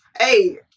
Hey